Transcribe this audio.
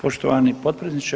Poštovani potpredsjedniče.